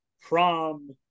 prom